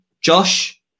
Josh